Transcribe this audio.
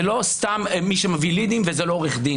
זה לא סתם מי שמביא לידים ולא עורך דין.